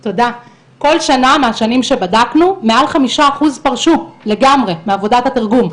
כל שנה מהשנים שבדקנו מעל חמישה אחוז פרשו לגמרי מהעבודה בתרגום.